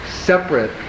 separate